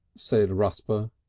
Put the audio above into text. said rusper.